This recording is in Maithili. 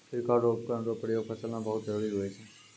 छिड़काव रो उपकरण रो प्रयोग फसल मे बहुत जरुरी हुवै छै